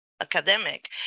academic